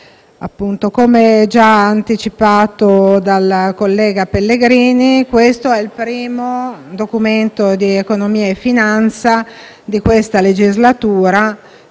come già anticipato dal collega Marco Pellegrini, questo è il primo Documento di economia e finanza di questa legislatura,